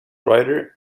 writer